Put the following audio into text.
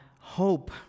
hope